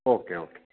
okay okay